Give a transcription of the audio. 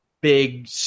big